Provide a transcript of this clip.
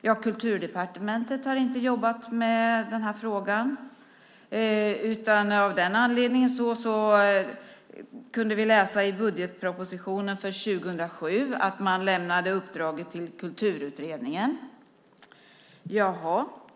Ja, Kulturdepartementet har inte jobbat med den här frågan. Vi kunde läsa i budgetpropositionen för 2007 att man lämnade uppdraget till Kulturutredningen. Jaha!